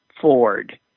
Ford